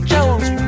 Jones